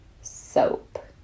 Soap